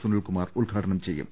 സുനിൽകുമാർ ഉദ്ഘാടനം ചെയ്യൂ